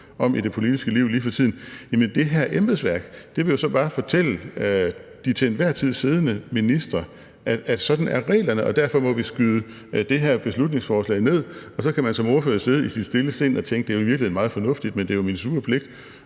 om i det politiske liv lige for tiden – bare vil fortælle de til enhver tid siddende ministre, at sådan er reglerne. Derfor må vi skyde det her beslutningsforslag ned. Så kan man som ordfører sidde i sit stille sind og tænke: Det er i virkeligheden meget fornuftigt, men det er jo min sure pligt